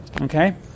Okay